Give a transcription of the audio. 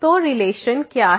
तो रिलेशन क्या है